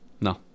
No